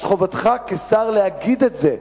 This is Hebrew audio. חובתך כשר להגיד את זה,